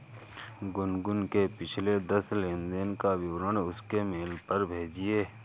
गुनगुन के पिछले दस लेनदेन का विवरण उसके मेल पर भेजिये